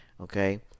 Okay